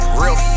real